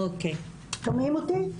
בבקשה.